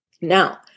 Now